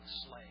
slave